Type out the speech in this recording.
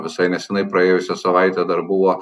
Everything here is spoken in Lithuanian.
visai neseniai praėjusią savaitę dar buvo